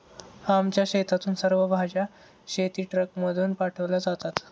आमच्या शेतातून सर्व भाज्या शेतीट्रकमधून पाठवल्या जातात